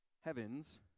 heavens